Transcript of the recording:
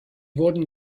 wurden